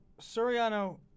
Soriano